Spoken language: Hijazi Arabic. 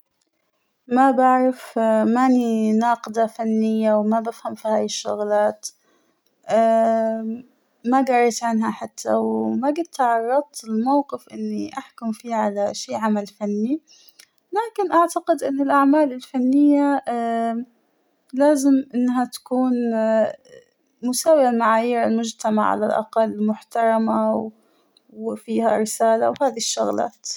ما بعرف مانى ناقدة فنية ، وما بفهم فهاى الشغلات ،اا- ما جريت عنها حتى وما جت تعرضت لموقف إنى أحكم فيه على شى عمل فنى ، لكن أعتقد إن الأعمال الفنية ااام- لآزم إنها تكون مساوية لمعايير المجتمع على الأقل محترمة وفيها رسالة وهادى الشغلات.